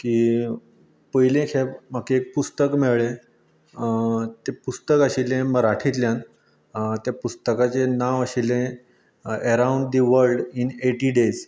की पयले खेप म्हाका एक पुस्तक मेळ्ळें तें पुस्तक आशिल्लें मराठींतल्यान त्या पुस्तकाचें नांव आशिल्लें around the world in eighty days